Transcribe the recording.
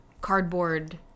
cardboard